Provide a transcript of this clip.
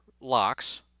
locks